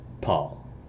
Paul